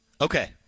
Okay